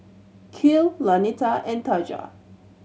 Kiel Lanita and Taja